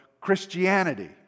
Christianity